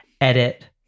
edit